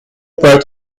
part